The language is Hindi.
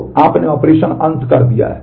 तो आपने ऑपरेशन अंत कर दिया है